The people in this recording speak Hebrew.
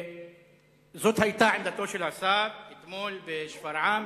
זאת היתה עמדתו של השר אתמול בשפרעם,